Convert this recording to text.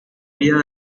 vida